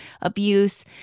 abuse